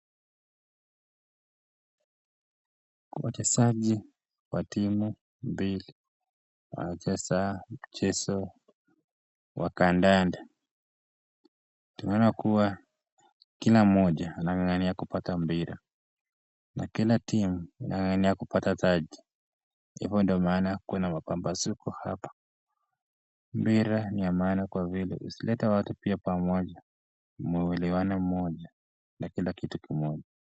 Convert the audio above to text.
Wachezaji wa timu mbili wanacheza mchezo wa kandanda. Tunaona kuwa kila mmoja anang'ang'ania kupata mpira na kila timu inang'ang'ania kupata taji. Hivyo ndio maana kuna mapambazuko hapa. Mpira ni ya maana kwa vile husaidia watu pia pamoja, muwe na uelewano mmoja, na kila kitu kimoja.